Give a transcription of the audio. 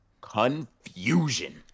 confusion